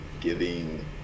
giving